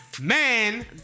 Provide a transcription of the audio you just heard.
man